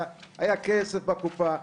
היה כסף בקופה,